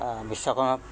বিশ্বকৰ্মাক